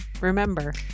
remember